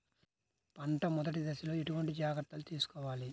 పంట మెదటి దశలో ఎటువంటి జాగ్రత్తలు తీసుకోవాలి?